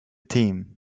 team